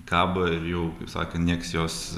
kabo ir jau kaip sakė nieks jos